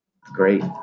Great